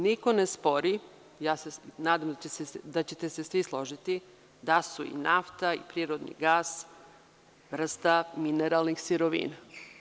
Niko ne spori, ja se nadam da ćete se svi složiti, da su i nafta i prirodni gas vrsta mineralnih sirovina.